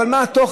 אבל מה התוכן?